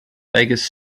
vegas